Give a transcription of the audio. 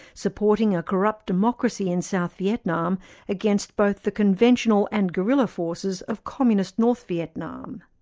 supporting a corrupt democracy in south vietnam against both the conventional and guerilla forces of communist north vietnam.